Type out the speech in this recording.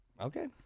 Okay